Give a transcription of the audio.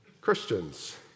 Christians